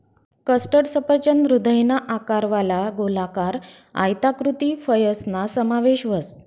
custard सफरचंद हृदयना आकारवाला, गोलाकार, आयताकृती फयसना समावेश व्हस